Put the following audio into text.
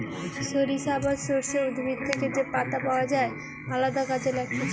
সরিষা বা সর্ষে উদ্ভিদ থেকে যে পাতা পাওয় যায় আলদা কাজে লাগতিছে